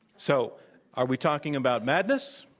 so are we talking about madness,